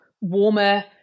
warmer